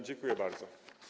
Dziękuję bardzo.